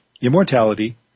immortality